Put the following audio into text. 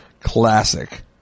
Classic